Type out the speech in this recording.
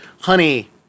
honey